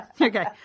Okay